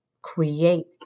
create